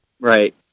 right